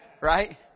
Right